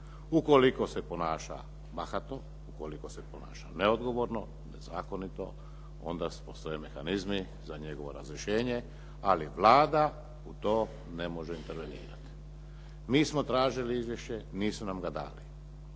Ukoliko se ponaša bahato, ukoliko se ponaša neodgovorno, nezakonito, onda postoje mehanizmi za njegovo razrješenje, ali Vlada u to ne može intervenirati. Mi smo tražili izvješće, nisu nam ga dali.